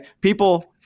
People